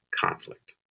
conflict